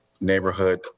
neighborhood